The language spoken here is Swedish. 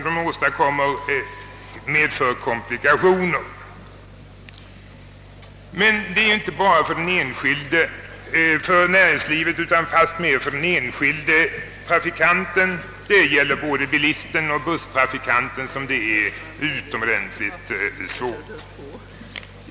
Det är emellertid inte bara för näringslivet utan fastmer för den enskilde trafikanten — det gäller både bilisten och busstrafikanten — som det är utomordentligt svårt.